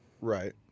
right